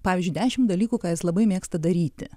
pavyzdžiui dešim dalykų ką jis labai mėgsta daryti